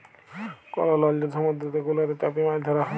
call লদি সমুদ্দুরেতে যে গুলাতে চ্যাপে মাছ ধ্যরা হ্যয়